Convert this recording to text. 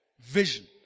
vision